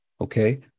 okay